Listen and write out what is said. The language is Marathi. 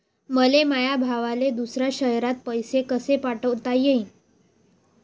मले माया भावाले दुसऱ्या शयरात पैसे कसे पाठवता येईन?